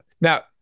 Now